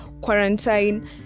quarantine